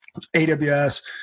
AWS